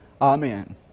Amen